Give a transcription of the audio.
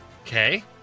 Okay